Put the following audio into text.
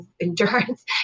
endurance